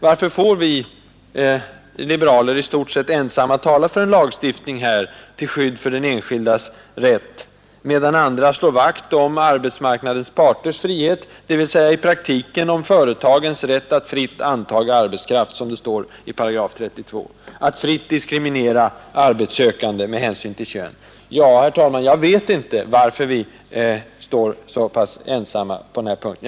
Varför får vi liberaler i stort sett ensamma tala för en lagstiftning till skydd för den enskildes rätt, medan andra slår vakt om arbetsmarknadens parters frihet, dvs. i praktiken om företagens rätt att fritt antaga arbetskraft, som det står i 8 32, eller med andra ord rätten att fritt diskriminera arbetssökande med hänsyn till kön? Jag vet inte, herr talman, varför vi står så pass ensamma på den här punkten.